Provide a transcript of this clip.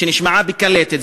שנשמעה בקלטת,